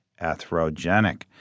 atherogenic